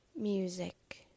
Music